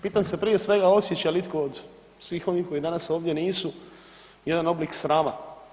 Pitam se prije svega osjeća li itko od svih ovih koji danas ovdje nisu jedan oblik srama.